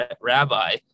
rabbi